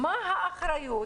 מה האחריות